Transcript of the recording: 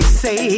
say